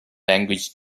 language